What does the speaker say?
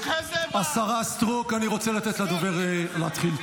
השרה סטרוק, אני רוצה לתת לדובר להתחיל.